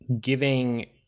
giving –